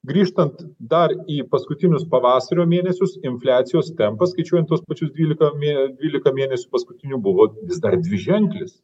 grįžtant dar į paskutinius pavasario mėnesius infliacijos tempas skaičiuojant tuos pačius dvylika mė dvylika mėnesių paskutinių buvo vis dar dviženklis